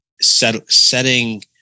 setting